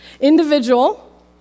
Individual